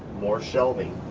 more shelving.